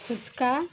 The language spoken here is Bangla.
ফুচকা